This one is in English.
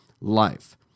life